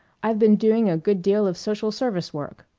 i've been doing a good deal of social-service work.